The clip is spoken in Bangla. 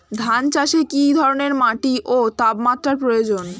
ধান চাষে কী ধরনের মাটি ও তাপমাত্রার প্রয়োজন?